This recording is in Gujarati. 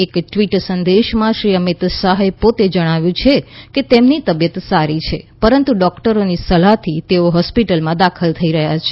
એક ટ્વીટ સંદેશમાં શ્રી અમીત શાહે પોતે જણાવ્યું છે કે તેમની તબિયત સારી છે પરંતુ ડોક્ટરોની સલાહથી તેઓ હોસ્પિટલમાં દાખલ થઇ રહ્યા છે